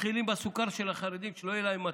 מתחילים בסוכר של החרדים, שלא יהיה להם מתוק,